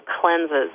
cleanses